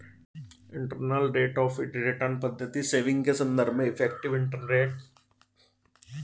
internal rate of return पद्धति saving के संदर्भ में इफेक्टिव इंटरेस्ट रेट कहलाती है